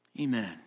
Amen